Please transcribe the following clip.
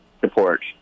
support